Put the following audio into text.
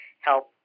help